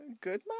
good